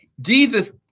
Jesus